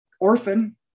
orphan